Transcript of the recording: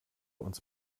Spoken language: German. uns